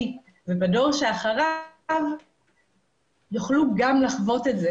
ובדור שאחרי יוכלו גם הם לחוות את זה